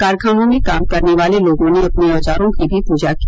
कारखानों में काम करने वाले लोगों ने अपने औजारों की भी पूजा की